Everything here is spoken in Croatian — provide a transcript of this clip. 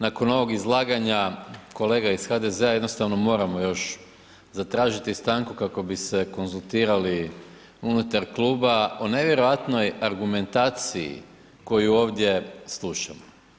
Nakon ovog izlaganja kolega iz HDZ-a jednostavno moramo još zatražiti stanku kako bi se konzultirali unutar Kluba o nevjerojatnoj argumentaciji koju ovdje slušamo.